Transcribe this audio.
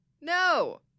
No